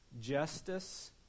justice